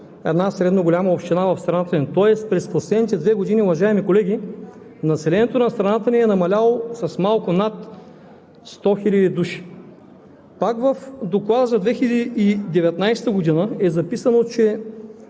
една средно голяма община в страната ни. Тоест през последните две години, уважаеми колеги, населението на страната ни е намаляло с малко над 100 хил. души. Пак в Доклада за 2019 г. е записано, че